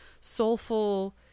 soulful